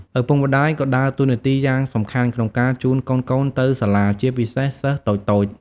ឪពុកម្តាយក៏ដើរតួនាទីយ៉ាងសំខាន់ក្នុងការជូនកូនៗទៅសាលា ជាពិសេសសិស្សតូចៗ។